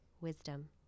wisdom